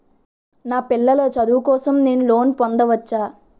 నా పిల్లల చదువు కోసం నేను లోన్ పొందవచ్చా?